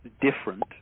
different